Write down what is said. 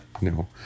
No